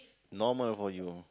normal for you